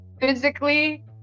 physically